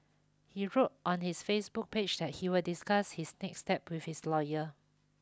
he wrote on his Facebook page that he will discuss his next step with his lawyer